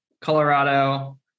Colorado